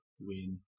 win